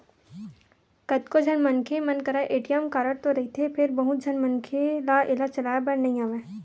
कतको झन मनखे मन करा ए.टी.एम कारड तो रहिथे फेर बहुत झन मनखे ल एला चलाए बर नइ आवय